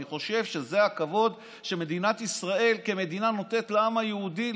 אני חושב שזה הכבוד שמדינת ישראל כמדינה נותנת לעם היהודי,